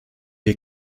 wir